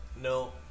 no